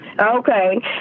Okay